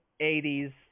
80s